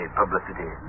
publicity